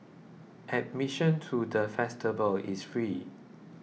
admission to the festival is free